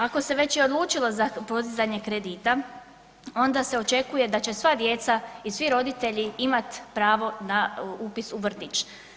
Ako se već i odlučilo za podizanje kredita onda se očekuje da će sva djeca i svi roditelji imati pravo na upis u vrtić.